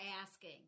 asking